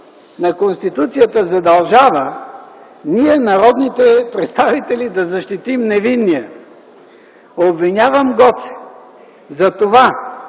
на Конституцията задължава ние, народните представители, да защитим невинния. Обвинявам Гоце за това,